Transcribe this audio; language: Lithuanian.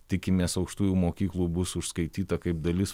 tikimės aukštųjų mokyklų bus užskaityta kaip dalis